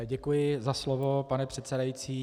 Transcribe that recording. Děkuji za slovo, pane předsedající.